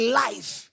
life